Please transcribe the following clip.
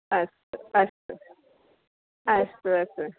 अस्तु अस्तु अस्तु अस्तु